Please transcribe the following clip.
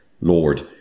Lord